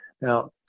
Now